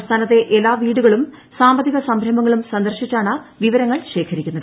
സംസ്ഥാനത്തെ എല്ലാ വീടുകളും സാമ്പത്തിക സംരംഭങ്ങളും സന്ദർശിച്ചാണ് വിവരങ്ങൾ ശേഖരിക്കുന്നത്